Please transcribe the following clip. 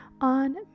on